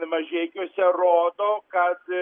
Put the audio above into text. mažeikiuose rodo kad